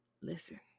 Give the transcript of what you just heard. listen